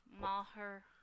Maher